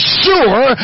sure